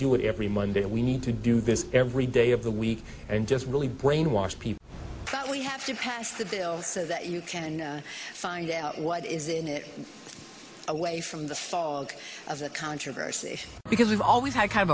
do it every monday and we need to do this every day of the week and just really brainwash people that we have to pass the bill so that you can find out what is in it away from the fog of the controversy because we've always had kind of